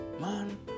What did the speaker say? man